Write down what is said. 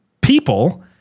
people